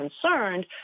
concerned